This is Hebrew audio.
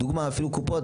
לדוגמה אפילו קופות,